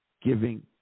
giving